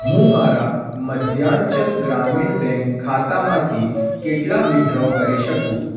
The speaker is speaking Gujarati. હું મારા મધ્યાંચલ ગ્રામીણ બેંક ખાતામાંથી કેટલાં વિડ્રો કરી શકું